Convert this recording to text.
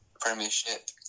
Premiership